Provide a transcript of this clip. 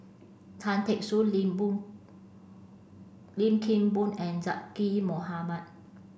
Tan Teck Soon Lim Boon Lim Kim Boon and Zaqy Mohamad